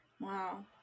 Wow